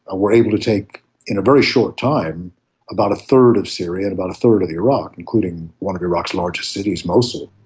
ah were able to take in a very short time about a third of syria and a third of iraq, including one of iraq's largest cities, mosul.